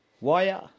Wire